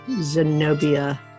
Zenobia